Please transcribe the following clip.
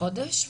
חודש פלוס.